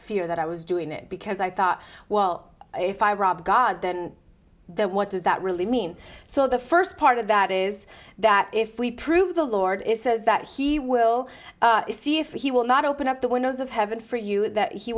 fear that i was doing it because i thought well if i rob god then what does that really mean so the first part of that is that if we prove the lord says that he will see if he will not open up the windows of heaven for you that he